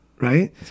Right